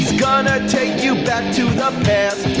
gonna take you back to the past!